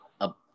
up